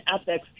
ethics